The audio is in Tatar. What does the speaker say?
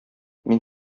мин